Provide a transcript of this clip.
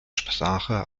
sprache